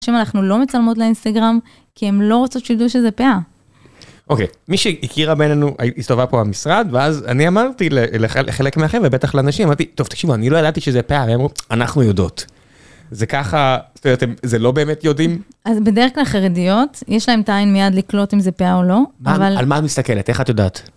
אנשים אנחנו לא מצלמות לאינסטגרם כי הם לא רוצות שידעו שזה פאה. אוקיי, מי שהכירה בינינו הסתובבה פה במשרד, ואז אני אמרתי לחלק מהחבר'ה, בטח לנשים, אמרתי, טוב, תקשיבו, אני לא ידעתי שזה פאה, הם אמרו, אנחנו יודעות. זה ככה, זאת אומרת, זה לא באמת יודעים. אז בדרך כלל חרדיות, יש להם את העין מיד לקלוט אם זה פאה או לא, אבל... על מה מסתכלת, איך את יודעת?